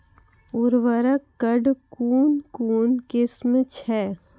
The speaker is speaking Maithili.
उर्वरक कऽ कून कून किस्म छै?